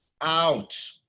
out